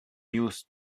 use